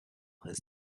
his